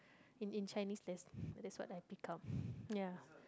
in in Chinese there's that's what I picked up ya